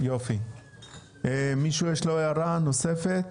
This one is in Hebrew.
למישהו יש הערה נוספת?